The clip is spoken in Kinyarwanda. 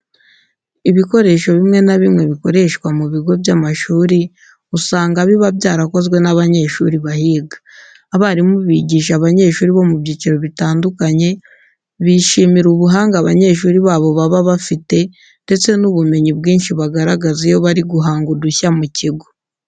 Ibikoresho bimwe na bimwe bikoreshwa mu bigo by'amashuri usanga biba byarakozwe n'abanyeshuri bahiga. Abarimu bigisha abanyeshuri bo mu byiciro bitandukanye, bishimira ubuhanga abanyeshuri babo baba bafite ndetse n'ubumenyi bwinshi bagaragaza iyo bari guhanga udushya mu kigo.